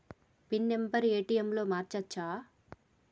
Pin number ATM లో మార్చచ్చా?